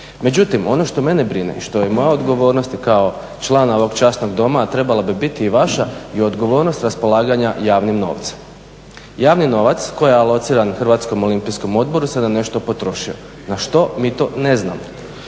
Međutim, ono što mene brine, što je moja odgovornost kao člana ovog časnog doma, a trebala bi biti i vaša je odgovornost raspolaganja javnim novcem. Javni novac koji je alociran u Hrvatskom olimpijskom odboru se na nešto potrošio, na što mi to ne znamo.